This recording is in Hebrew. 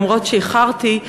למרות שאיחרתי.